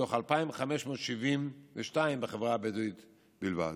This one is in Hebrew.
מתוך 2,572 בחברה הבדואית בלבד.